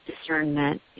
discernment